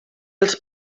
els